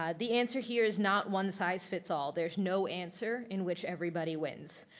ah the answer here is not one size fits all. there's no answer in which everybody wins.